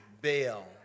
Bell